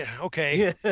okay